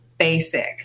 basic